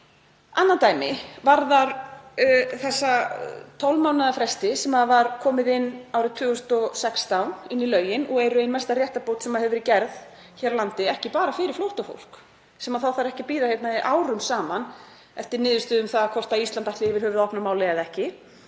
Annað dæmi varðar þessa 12 mánaða fresti sem var komið inn árið 2016 í lögin og eru ein mesta réttarbót sem hefur verið gerð hér á landi, ekki bara fyrir flóttafólk sem þá þarf ekki að bíða árum saman eftir niðurstöðu um það hvort Ísland ætli yfir höfuð að opna málið eða ekki